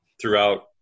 throughout